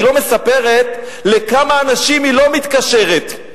היא לא מספרת לכמה אנשים היא לא מתקשרת,